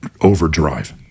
overdrive